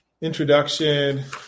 introduction